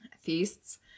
feasts